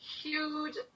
huge